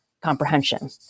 comprehension